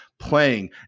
playing